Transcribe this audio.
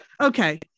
okay